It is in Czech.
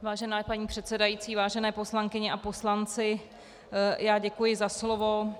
Vážená paní předsedající, vážené poslankyně a poslanci, děkuji za slovo.